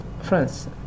France